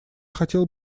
хотел